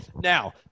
now